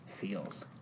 feels